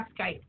Skype